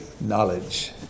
knowledge